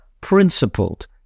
principled